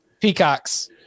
Peacocks